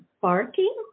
barking